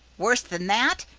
worse than that,